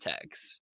tags